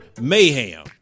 mayhem